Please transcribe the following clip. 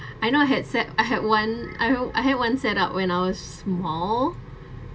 I know I had set I had one I know I had one set up when I was small